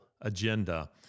agenda